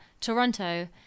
Toronto